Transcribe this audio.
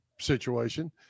situation